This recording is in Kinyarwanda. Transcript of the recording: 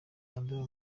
zandurira